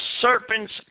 serpents